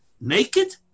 naked